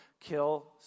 kill